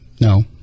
no